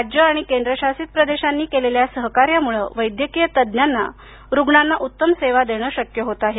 राज्ये आणि केंद्रशासित प्रदेशांनी केलेल्या सहकार्यामुळे वैद्यकीय तज्ञांना रुग्णांना उत्तमसेवा देणं शक्य होत आहे